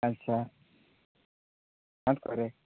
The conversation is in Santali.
ᱟᱪᱪᱷᱟ ᱠᱟᱸᱛ ᱠᱚᱨᱮᱜᱮ